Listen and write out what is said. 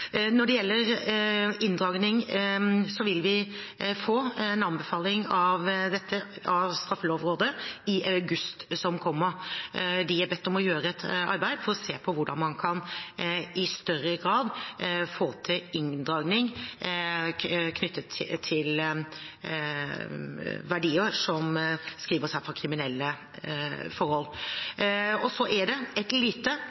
Når det gjelder inndragning, vil vi få en anbefaling om dette av Straffelovrådet i august. De er bedt om å gjøre et arbeid for å se på hvordan man i større grad kan få til inndragning knyttet til verdier som skriver seg fra kriminelle forhold. Så er det et lite